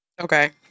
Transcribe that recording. okay